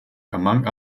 among